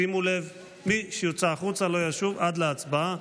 שימו לב, מי שיוצא החוצה לא ישוב עד להצבעה.